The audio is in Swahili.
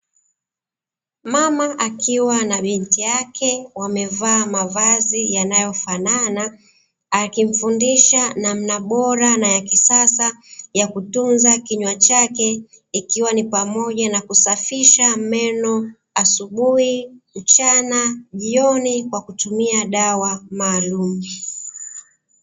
Mama akiwa na binti yake wamevaa mavazi yanayofanana, akimfundisha namna bora na ya kisasa ya kutunza kinywa chake. Ikiwa ni pamoja na kusafisha meno asubuhi, mchana, jioni kwa kutumia dawa maalumu.